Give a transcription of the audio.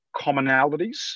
commonalities